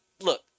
look